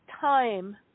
time